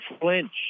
flinch